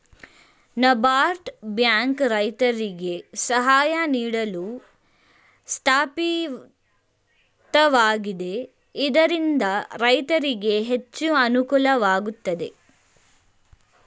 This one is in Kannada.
ನಬಾರ್ಡ್ ಬ್ಯಾಂಕ್ ರೈತರಿಗೆ ಸಹಾಯ ನೀಡಲು ಸ್ಥಾಪಿತವಾಗಿದೆ ಇದರಿಂದ ರೈತರಿಗೆ ಹೆಚ್ಚು ಅನುಕೂಲವಾಗುತ್ತದೆ